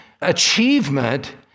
achievement